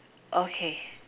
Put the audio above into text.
okay